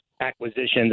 acquisitions